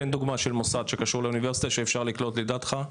תן דוגמאות שקשורות לאוניברסיטה שאפשר לקלוט לדעתך?